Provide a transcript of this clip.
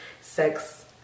sex